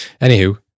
Anywho